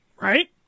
right